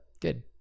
good